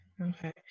okay